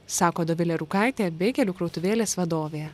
sako dovilė rūkaitė beigelių krautuvėlės vadovė